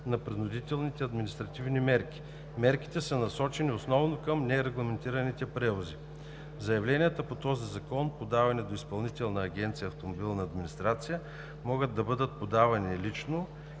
на принудителните административни мерки. Мерките са насочени основно към нерегламентираните превози. Заявленията по този закон, подавани до Изпълнителна агенция „Автомобилна администрация“, могат да бъдат подавани лично